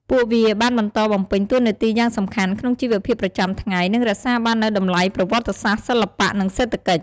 ពួកវាបានបន្តបំពេញតួនាទីយ៉ាងសំខាន់ក្នុងជីវភាពប្រចាំថ្ងៃ និងរក្សាបាននូវតម្លៃប្រវត្តិសាស្ត្រ សិល្បៈ និងសេដ្ឋកិច្ច។